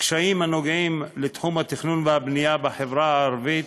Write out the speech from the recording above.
הקשיים הקשורים לתחום התכנון והבנייה בחברה הערבית